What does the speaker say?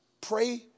Pray